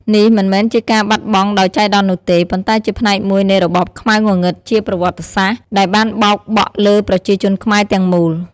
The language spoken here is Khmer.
នេះមិនមែនជាការបាត់បង់ដោយចៃដន្យនោះទេ ប៉ុន្តែជាផ្នែកមួយនៃ របបខ្មៅងងឹតជាប្រវត្តិសាស្ត្រ ដែលបានបោកបក់លើប្រជាជនខ្មែរទាំងមូល។